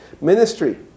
Ministry